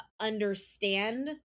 understand